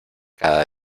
cada